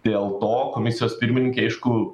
dėl to komisijos pirmininkei aišku